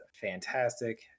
fantastic